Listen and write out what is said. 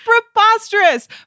preposterous